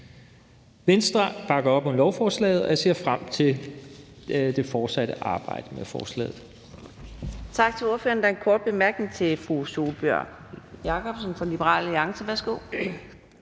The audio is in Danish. Venstre bakker op om lovforslaget, og jeg ser frem til det fortsatte arbejde med forslaget.